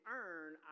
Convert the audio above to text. earn